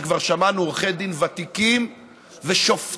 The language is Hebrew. שכבר שמענו עורכי דין ותיקים ושופטים